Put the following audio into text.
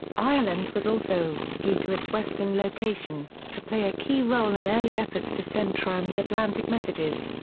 ireland was also, due to its western location, to play a key role in early efforts to send trans-atlantic messages.